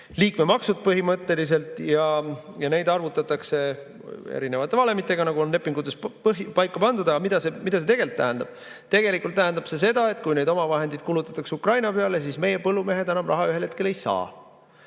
liikmemaksud, põhimõtteliselt, ja neid arvutatakse erinevate valemitega, nagu on lepingutes paika pandud. Aga mida see tegelikult tähendab? Tegelikult tähendab see seda, et kui need omavahendid kulutatakse Ukraina peale, siis meie põllumehed raha ühel hetkel enam